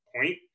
point